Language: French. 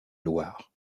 loire